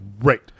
great